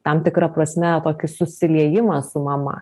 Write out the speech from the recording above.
tam tikra prasme tokį susiliejimą su mama